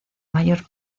mayor